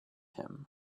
him